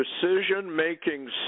decision-making